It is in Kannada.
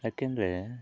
ಯಾಕೆಂದರೆ